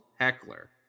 heckler